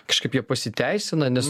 kažkaip jie pasiteisina nes